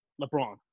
LeBron